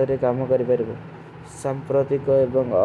ଡ୍ରେଯ ଖୁଶ ଏକନା ଗନ।